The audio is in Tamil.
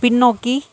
பின்னோக்கி